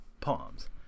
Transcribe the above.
Palms